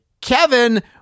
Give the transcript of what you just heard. Kevin